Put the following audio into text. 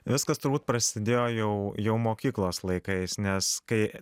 viskas turbūt prasidėjo jau jau mokyklos laikais nes kai